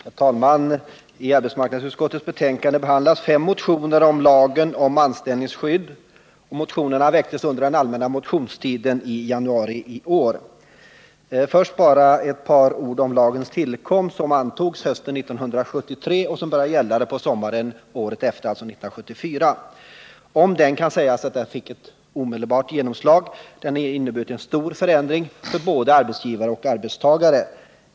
Herr talman! I arbetsmarknadsutskottets betänkande behandlas fem motioner om lagen om anställningsskydd. Motionerna väcktes under den allmänna motionstiden i januari i år. Jag skall börja med att säga ett par ord om lagens tillkomst. Lagen antogs på hösten 1973 och började gälla på sommaren 1974. Man kan säga att lagen fick ett omedelbart genomslag. Den har inneburit en stor förändring för både arbetsgivare och arbetstagare.